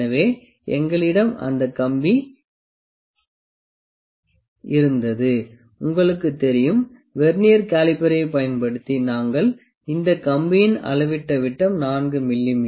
எனவே எங்களிடம் அந்த கம்பி இருந்தது உங்களுக்குத் தெரியும் வெர்னியர் காலிபரைப் பயன்படுத்தி நாங்கள் இந்த கம்பியின் அளவிட்ட விட்டம் 4 மி